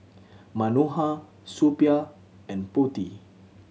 Manohar Suppiah and Potti